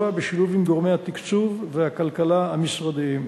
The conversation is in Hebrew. בשילוב עם גורמי התקצוב והכלכלה המשרדיים.